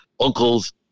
uncles